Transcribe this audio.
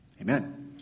Amen